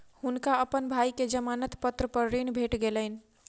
हुनका अपन भाई के जमानत पत्र पर ऋण भेट गेलैन